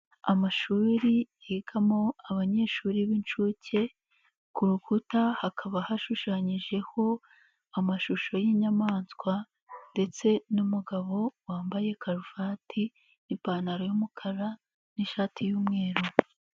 Amashuri yigamo abanyeshuri b'inshuke ku rukuta hakaba hashushanyijeho amashusho y'inyamaswa ndetse n'umugabo wambaye karuvati, ipantaro y'umukara n'ishati y'umweru.